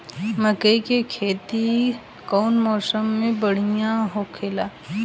मकई के खेती कउन मौसम में बढ़िया होला?